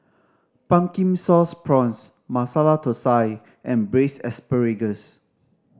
Pumpkin Sauce Prawns Masala Thosai and Braised Asparagus